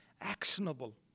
actionable